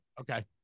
Okay